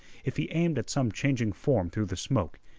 if he aimed at some changing form through the smoke,